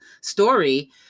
story